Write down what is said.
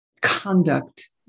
conduct